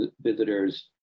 visitors